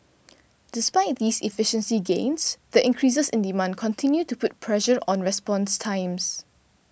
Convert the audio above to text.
despite these efficiency gains the increases in demand continue to put pressure on response times